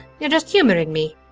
you're just humorin' me.